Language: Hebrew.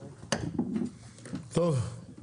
טוב.